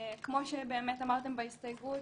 כמו שבאמת אמרתם בהסתייגות,